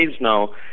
now